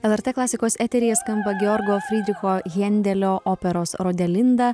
lrt klasikos eteryje skamba georgo fridricho hendelio operos rodelinda